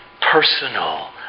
personal